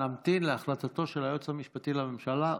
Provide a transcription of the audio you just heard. נמתין להחלטתו של היועץ המשפטי לממשלה.